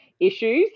issues